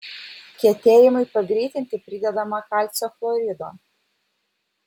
kietėjimui pagreitinti pridedama kalcio chlorido